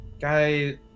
Guy